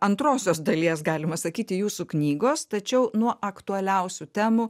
antrosios dalies galima sakyti jūsų knygos tačiau nuo aktualiausių temų